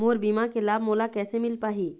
मोर बीमा के लाभ मोला कैसे मिल पाही?